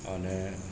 અને